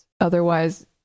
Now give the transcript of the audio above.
otherwise